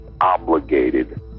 obligated